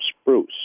spruce